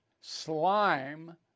slime